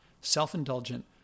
self-indulgent